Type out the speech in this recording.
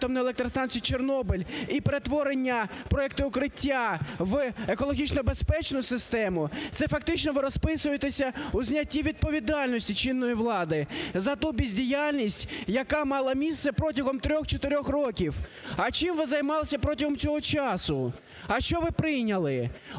А чим ви займалися протягом цього часу? А що ви прийняли,